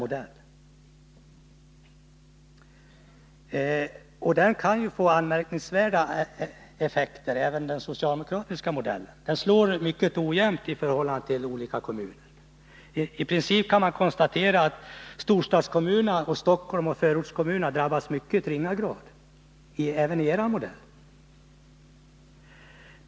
Även denna modell kan ge anmärkningsvärda effekter. Den slår mycket ojämnt i förhållande till olika kommuner. I princip kan man konstatera att storstadskommuner som Stockholm och förortskommunerna drabbas i mycket ringa grad även enligt er modell.